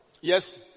yes